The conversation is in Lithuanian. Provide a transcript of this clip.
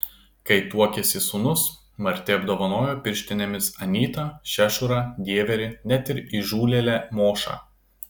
kai tuokėsi sūnus marti apdovanojo pirštinėmis anytą šešurą dieverį net ir įžūlėlę mošą